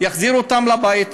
יחזירו אותם לבית,